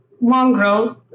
mongrel